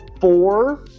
four